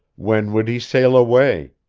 when would he sail away?